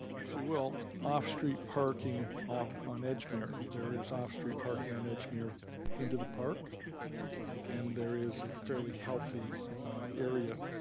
if you will, off street parking um on edgemere. there is off street parking on edgemere into the park and there is a fairly healthy area.